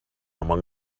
among